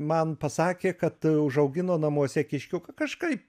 man pasakė kad užaugino namuose kiškiuką kažkaip